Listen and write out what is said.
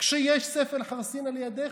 כשיש ספל חרסינה לידך?